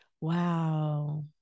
Wow